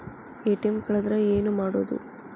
ATM ಕಳದ್ರ ಏನು ಮಾಡೋದು?